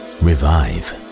revive